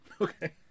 Okay